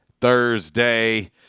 Thursday